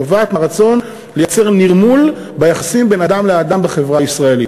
היא נובעת מהרצון לייצר נרמול ביחסים בין אדם לאדם בחברה הישראלית.